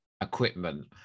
equipment